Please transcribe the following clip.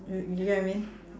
you you get what I mean